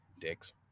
dicks